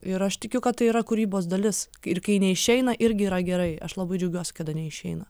ir aš tikiu kad tai yra kūrybos dalis ir kai neišeina irgi yra gerai aš labai džiaugiuosi kada neišeina